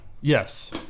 Yes